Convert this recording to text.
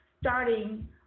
starting